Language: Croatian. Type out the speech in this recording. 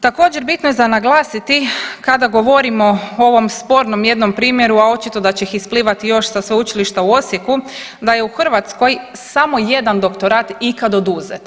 Također bitno je za naglasiti kada govorimo o ovom spornom jednom primjeru, a očito da će ih isplivati još sa Sveučilišta u Osijeku, da je u Hrvatskoj samo jedan doktorat ikad oduzet.